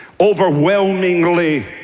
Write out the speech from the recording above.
overwhelmingly